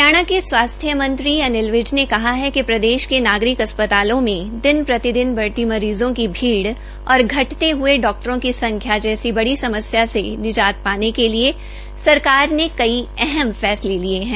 हरियाणा के स्वास्थ्य मंत्री अनिल विज ने कहा कि प्रदेश के नागरिक अस्पतालों में दिन प्रति दिन बढ़ती मरीज़ो को भीड़ और घटते हये डाक्टरों की संख्या जैसी बड़ी समस्या से निजात पाने के लिये सरकार ने कई अहम फैसले लिये है